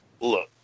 look